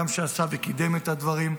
שגם עשה וקידם את הדברים.